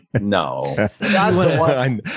No